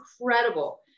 incredible